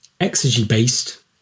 exergy-based